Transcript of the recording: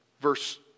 verse